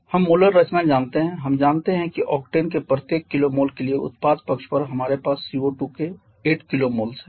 हम मोलार रचना जानते हैं हम जानते हैं कि ऑक्टेन के प्रत्येक kmol के लिए उत्पाद पक्ष पर हमारे पास CO2 के 8 kmols हैं